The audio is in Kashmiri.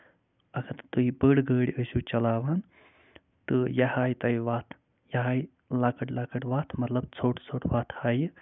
تہٕ یہِ بٔڑۍ گٲڈۍ ٲسِو چَلاوان تہٕ یہِ ہاوِ تۄہہِ وَتھ یہِ ہاوِ لۄکٔٹ لۄکٔٹ وَتھ تِمَن ژوٚٹ ژوٚٹ وَتھ ہاوِ